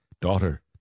daughter